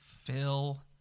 Phil